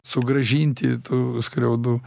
sugrąžinti tų skriaudų